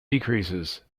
decreases